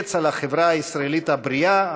הקץ על החברה הישראלית הבריאה,